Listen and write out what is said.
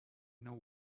know